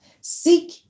Seek